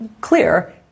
clear